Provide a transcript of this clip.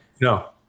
No